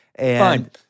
Fine